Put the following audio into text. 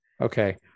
okay